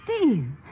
Steve